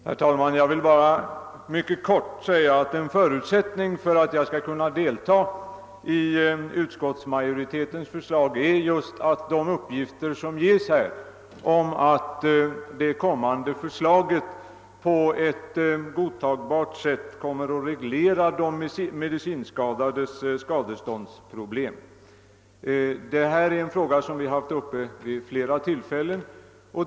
Herr talman! Jag vill bara i all korthet säga att en förutsättning för att jag skall kunna ansluta mig till utskottsmajoritetens förslag är att de uppgifter som lämnas i uskottets utlåtande om det kommande förslaget är riktiga, så att lagförslaget på ett godtagbart sätt kommer att reglera de medicinskadades ersättningskrav.